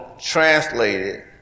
translated